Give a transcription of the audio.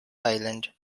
island